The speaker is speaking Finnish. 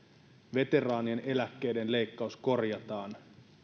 veteraanien eläkkeiden leikkaus korjataan